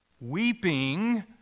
weeping